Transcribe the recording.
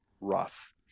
rough